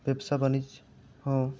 ᱵᱮᱵᱽᱥᱟ ᱵᱟᱹᱱᱤᱡᱽ ᱦᱚᱸ